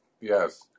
Yes